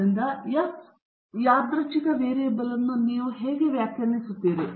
ಆದ್ದರಿಂದ ಎಫ್ ಯಾದೃಚ್ಛಿಕ ವೇರಿಯಬಲ್ ಅನ್ನು ನೀವು ಹೇಗೆ ವ್ಯಾಖ್ಯಾನಿಸುತ್ತೀರಿ